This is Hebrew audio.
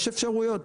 יש אפשרויות.